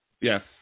Yes